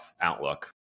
outlook